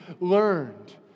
learned